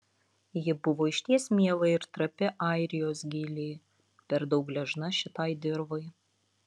ji buvo išties miela ir trapi airijos gėlė per daug gležna šitai dirvai